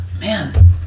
man